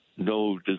No